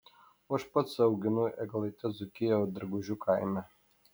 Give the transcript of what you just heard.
o aš pats auginu eglaites dzūkijoje dargužių kaime